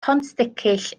pontsticill